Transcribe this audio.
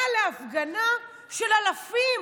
אבל להפגנה של אלפים